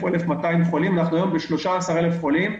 או 1,200 חולים היום יש לנו 13,000 חולים,